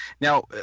Now